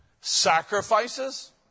sacrifices